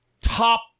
top